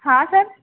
हाँ सर